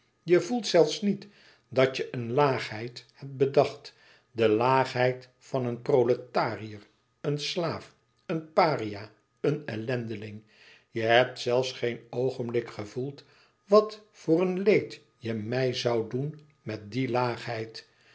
je voelt zelfs niet dat je een laagheid hebt bedacht de laagheid van een proletariër een slaaf een paria een ellendeling je hebt zelfs geen oogenblik gevoeld wat voor een leed je mij zoû doen met die laagheid